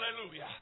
Hallelujah